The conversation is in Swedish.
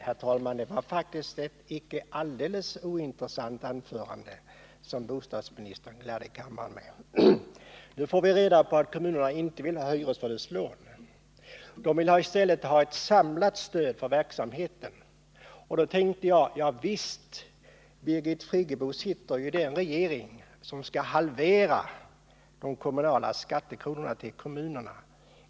Herr talman! Det var faktiskt ett icke alldeles ointressant anförande som bostadsministern gladde kammaren med. Nu får vi reda på att kommunerna inte vill ha hyresförlustlån. I stället vill de ha ett samlat stöd för verksamheten. Ja visst, tänkte jag, Birgit Friggebo sitter ju i den regering som skall halvera de kommunala skattekronorna till kommunerna.